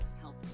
help